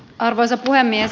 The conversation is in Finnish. arvoisa puhemies